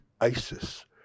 ISIS